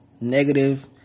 negative